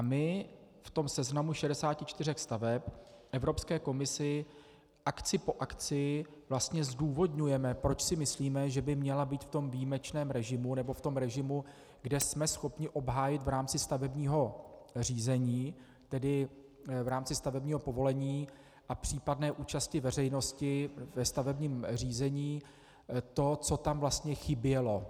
My v tom seznamu 64 staveb Evropské komisi akci po akci zdůvodňujeme, proč si myslíme, že by měla být v tom výjimečném režimu, nebo v tom režimu, kde jsme schopni obhájit v rámci stavebního řízení, tedy v rámci stavebního povolení a případné účasti veřejnosti ve stavebním řízení to, co tam vlastně chybělo.